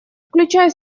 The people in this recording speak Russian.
включая